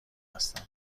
هستم